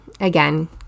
again